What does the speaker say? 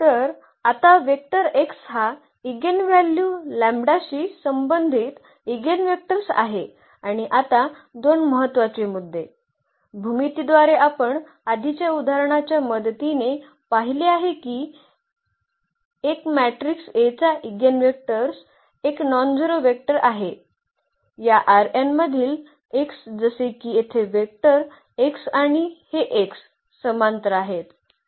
तर आता vector x हा एगेनव्हॅल्यू लॅम्बडाशी संबंधित ईगेनवेक्टर्स आहे आणि आता दोन महत्त्वाचे मुद्दे भूमितीद्वारे आपण आधीच्या उदाहरणाच्या मदतीने पाहिले आहे की एक मॅट्रिक्स A चा ईगेनवेक्टर्स एक नॉनझेरो वेक्टर आहे या मधील x जसे की येथे वेक्टर x आणि हे x समांतर आहेत